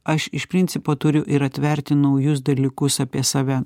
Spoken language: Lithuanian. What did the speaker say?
aš iš principo turiu ir atverti naujus dalykus apie save